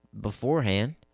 beforehand